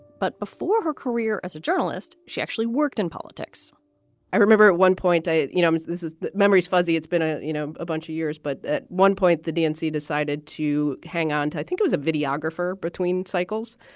but before her career as a journalist, she actually worked in politics i remember at one point, you know, this is that memory is fuzzy. it's been a, you know, a bunch of years. but at one point, the dnc decided to hang on to i think it was a videographer between cycles.